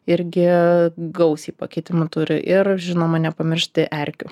irgi gausiai pakitimų turi ir žinoma nepamiršti erkių